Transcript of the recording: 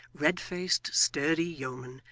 red-faced, sturdy yeoman,